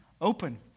open